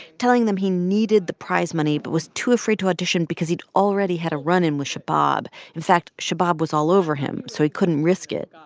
telling them he needed the prize money but was too afraid to audition because he'd already had a run-in with shabab. in fact, shabab was all over him. so he couldn't risk it.